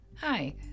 Hi